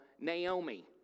Naomi